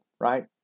right